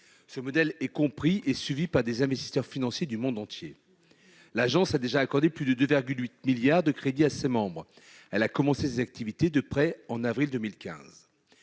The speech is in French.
Ce modèle est suivi par des investisseurs financiers du monde entier. L'agence a déjà accordé plus de 2,8 milliards d'euros de crédits à ses membres. Elle a commencé ses activités de prêt en avril 2015.